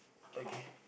okay